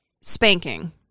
spanking